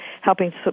helping